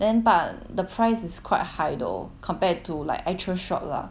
then but the price is quite high though compared to like actual shop lah